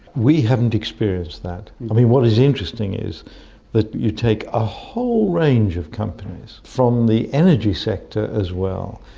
we haven't experienced that. i mean what is interesting is that you take a whole range of companies from the energy sector as well,